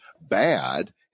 bad